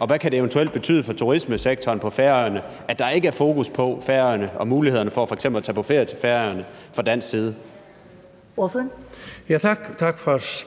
Og hvad kan det eventuelt betyde for turismesektoren på Færøerne, at der ikke er fokus på Færøerne og på mulighederne for f.eks. at tage på ferie til Færøerne fra dansk side? Kl. 21:15